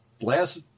last